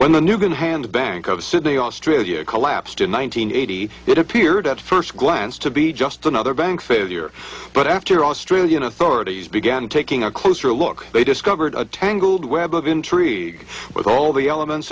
when the new going hand bank of sydney australia collapsed in one nine hundred eighty it appeared at first glance to be just another bank failure but after australian authorities began taking a closer look they discovered a tangled web of intrigue with all the elements